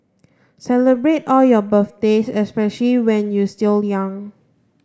celebrate all your birthdays especially when you still young